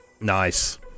Nice